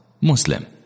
Muslim